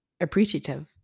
appreciative